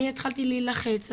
אני התחלתי להילחץ,